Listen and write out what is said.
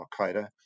al-Qaeda